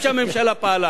זה טוב.